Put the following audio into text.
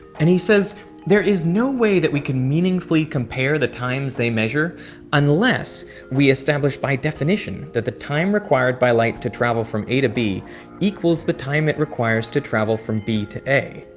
and he says there is no way that we can meaningfully compare the times they measure unless we established by definition that the time required by light to travel from a to b equals the time it requires to travel from b to a.